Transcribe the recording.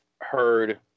heard